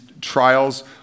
trials